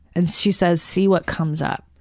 and she says, see what comes up.